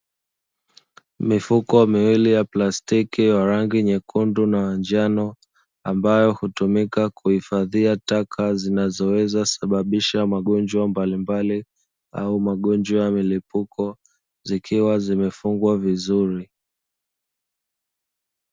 Mifuko miwili ya plastiki ya rangi nyekundu na ya njano, ambayo hutumika kuhifadhia taka zinazoweza sababisha magonjwa mbalimbali, au magonjwa milipuko; zikiwa zimefungwa vizuri.